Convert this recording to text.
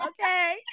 okay